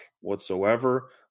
whatsoever